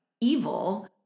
evil